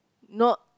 not